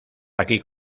aquí